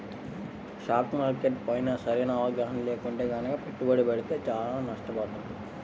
stock market పైన సరైన అవగాహన లేకుండా గనక పెట్టుబడి పెడితే చానా నష్టపోతాం